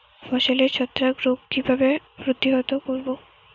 ফসলের ছত্রাক রোগ কিভাবে প্রতিহত করব?